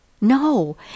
No